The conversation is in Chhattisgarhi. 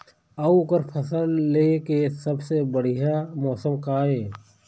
अऊ ओकर फसल लेय के सबसे बढ़िया मौसम का ये?